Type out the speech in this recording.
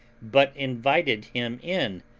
but invited him in,